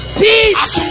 peace